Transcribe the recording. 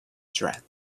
tread